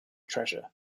treasure